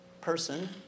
person